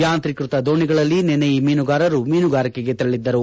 ಯಾಂತ್ರೀಕೃತ ದೋಣಿಯಲ್ಲಿ ನಿನ್ನೆ ಈ ಮೀನುಗಾರರು ಮೀನುಗಾರಿಕೆಗೆ ತೆರಳಿದ್ದರು